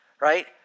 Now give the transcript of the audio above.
right